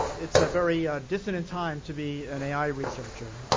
it's a very dissonant time to be an ai researcher.